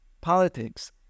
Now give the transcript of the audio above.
politics